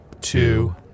two